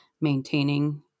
maintaining